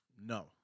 no